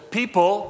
people